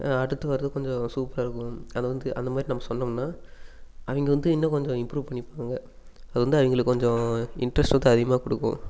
அடுத்து வரது கொஞ்சம் சூப்பராக இருக்கும் அது வந்து அந்த மாதிரி நம்ம சொன்னோம்னால் அவங்க வந்து இன்னும் கொஞ்சம் இம்ப்ரூவ் பண்ணிப்பாங்க அது வந்து அவங்களுக்கு கொஞ்சம் இன்ட்ரெஸ்ட் வந்து அதிகமாக கொடுக்கும்